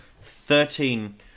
thirteen